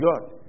God